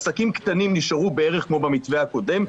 עסקים קטנים נשארו בערך כמו במתווה הקודם,